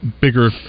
bigger